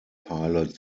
pilot